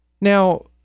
Now